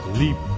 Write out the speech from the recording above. leap